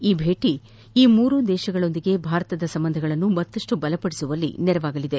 ಈ ಭೇಟಿ ಈ ಮೂರು ದೇಶಗಳೊಂದಿಗಿನ ಭಾರತದ ಸಂಬಂಧಗಳನ್ನು ಮತ್ತಷ್ಟು ಬಲಪಡಿಸುವಲ್ಲಿ ನೆರವಾಗಲಿದೆ